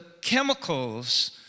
chemicals